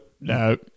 no